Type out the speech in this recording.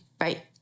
right